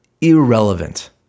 irrelevant